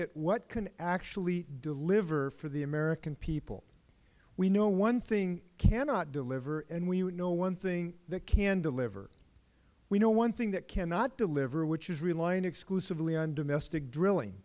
at what can actually deliver for the american people we know one thing cannot deliver and we know one thing that can deliver we know one thing that cannot deliver which is relying exclusively on domestic drilling